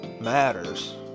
matters